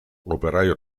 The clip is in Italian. operaio